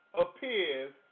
appears